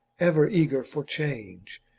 ever eager for change.